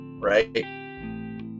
right